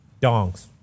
dongs